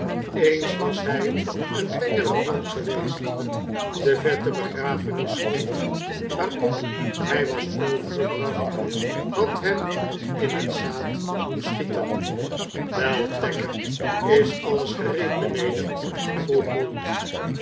eens was hij een tengere plant geweest de vette begrafenisgrond waarop hij was overgebracht had hem in het zaad doen schieten wel tacker is alles gereed beneden vroeg mould